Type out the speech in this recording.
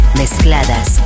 mezcladas